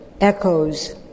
echoes